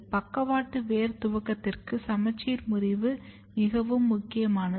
பக்கவாட்டு வேர் துவக்கத்திற்கு சமச்சீர் முறிவு மிகவும் முக்கியமானது